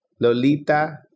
Lolita